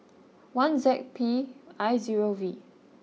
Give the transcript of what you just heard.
one Z P I zero V